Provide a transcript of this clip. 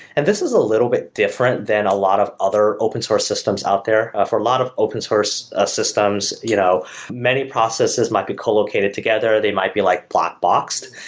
and this is a little bit different than a lot of other open source systems out there. ah for a lot of open source ah systems, you know many processes might be co-located together, they might be like black boxed.